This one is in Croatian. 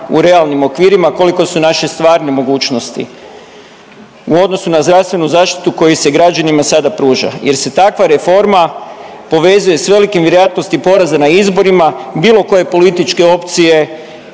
u realnim okvirima koliko su naše stvarne mogućnosti u odnosu na zdravstvenu zaštitu koja se građanima sada pruža jer se takva reforma povezuje sa velikim vjerojatnosti poraza na izborima bilo koje političke opcije